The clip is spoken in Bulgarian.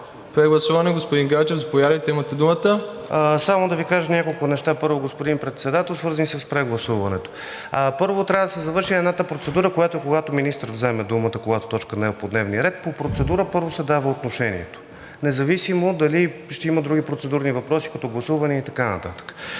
Прегласуване. Господин Гаджев, заповядайте, имате думата. ХРИСТО ГАДЖЕВ (ГЕРБ-СДС): Само да Ви кажа няколко неща, господин Председателстващ, свързани с прегласуването. Първо, трябва да се завърши едната процедура, която е: когато министър вземе думата по точка, която не е по дневния ред, по процедура първо се дава отношението независимо дали ще има други процедурни въпроси, като гласувания и така нататък.